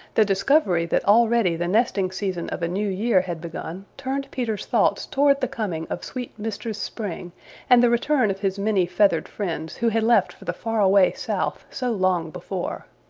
the discovery that already the nesting season of a new year had begun turned peter's thoughts towards the coming of sweet mistress spring and the return of his many feathered friends who had left for the far-away south so long before.